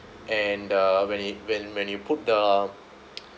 and uh when it when when you put the